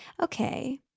Okay